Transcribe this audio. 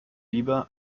lieber